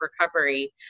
recovery